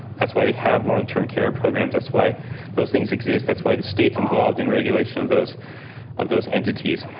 that's why they have longterm care programs. that's why those things exist. that's why the states involved in regulation of those of those entities.